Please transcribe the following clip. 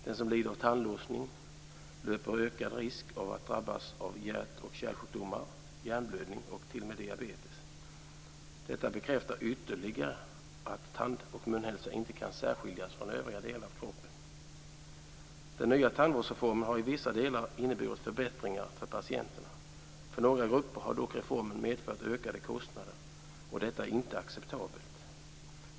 Den som lider av tandlossning löper ökad risk att drabbas av hjärt och kärlsjukdomar, hjärnblödning och t.o.m. diabetes. Detta bekräftar ytterligare att tand och munhälsa inte kan särskiljas från övriga delar av kroppen. Den nya tandvårdsreformen har i vissa delar inneburit förbättringar för patienterna. För några grupper har dock reformen medfört ökade kostnader. Detta är inte acceptabelt.